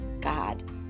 God